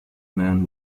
man